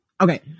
Okay